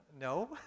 No